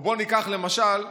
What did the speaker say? או בוא ניקח למשל אישה,